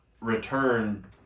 return